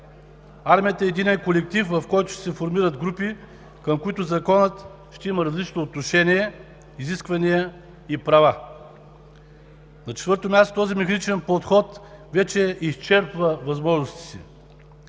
Армията е единен колектив, в който ще се формират групи, към които Законът ще има различно отношение, изисквания и права. На четвърто място, този механичен подход вече изчерпва възможностите си.